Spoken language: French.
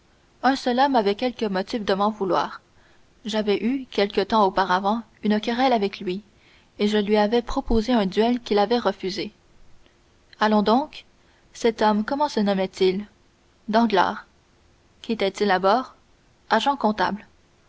un seul homme avait quelque motif de m'en vouloir j'avais eu quelque temps auparavant une querelle avec lui et je lui avais proposé un duel qu'il avait refusé allons donc cet homme comment se nomma t il danglars qu'était-il à bord agent comptable